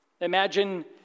Imagine